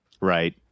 Right